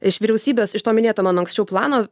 iš vyriausybės iš to minėto mano anksčiau plano